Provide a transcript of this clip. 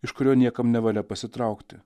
iš kurio niekam nevalia pasitraukti